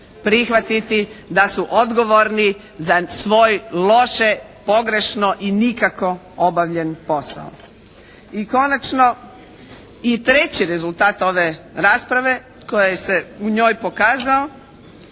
prihvatiti da su odgovorni za svoje loše pogrešno i nikako obavljen posao. I konačno i treći rezultat ove rasprave koja se u njoj pokazao